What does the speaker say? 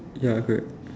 ya correct